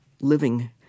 living